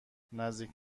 نزدیک